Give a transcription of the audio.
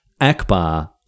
Akbar